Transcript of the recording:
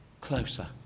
closer